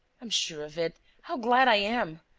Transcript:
am sure of it! how glad i am!